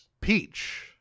Peach